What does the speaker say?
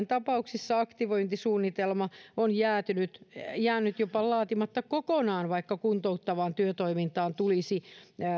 tapauksissa aktivointisuunnitelma on jäänyt jäänyt jopa laatimatta kokonaan vaikka kuntouttavaan työtoimintaan tulisi